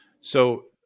So-